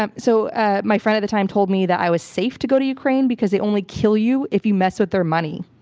um so ah my friend at the time told me that i was safe to go to ukraine because they only kill you if you mess with their money.